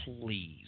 Please